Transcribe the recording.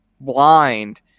blind